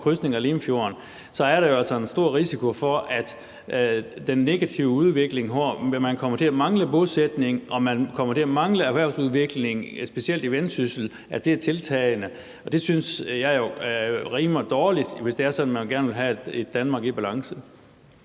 til krydsning af Limfjorden, er der jo altså en stor risiko for, at den negative udvikling, hvor man kommer til at mangle bosætning og man kommer til at mangle erhvervsudvikling, specielt i Vendsyssel, tiltager. Det synes jeg jo rimer dårligt, hvis det er sådan, at man gerne vil have et Danmark i balance.